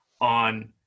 on